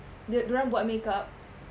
the dorang buat makeup